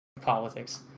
Politics